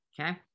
Okay